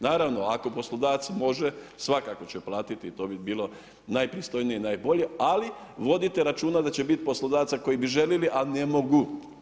Naravno, ako poslodavac može, svakako će platiti, to bi bilo najpristojnije, najbolje, ali vodite računa da će biti poslodavca koji bi željeli ali ne mogu.